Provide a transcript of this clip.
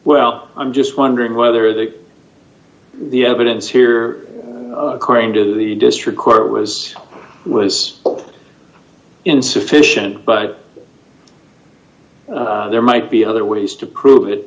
well i'm just wondering whether the the evidence here according to the district court was was insufficient but there might be other ways to prove it